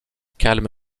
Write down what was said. calme